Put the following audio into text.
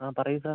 ആ പറയൂ സാർ